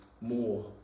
more